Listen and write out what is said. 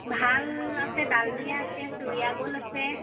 ভাল আছে ডালমিয়া আছে চুৰীয়া গ'ল্ড আছে